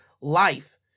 life